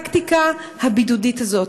מהפרקטיקה הבידודית הזאת.